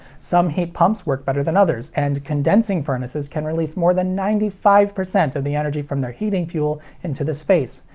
some heat pumps work better than others, and condensing furnaces can release more than ninety five percent of the energy from their heating fuel into the space,